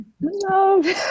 No